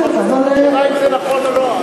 השאלה היא אם זה נכון או לא.